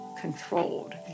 controlled